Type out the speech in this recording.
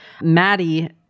Maddie